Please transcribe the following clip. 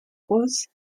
rose